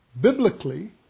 Biblically